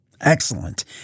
Excellent